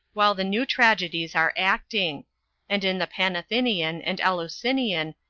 while the new tragedies are acting and in the panathenean, and eleusinian,